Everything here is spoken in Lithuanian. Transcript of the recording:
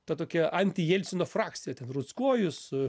ta tokia anti jelcino frakcija ten ruckojus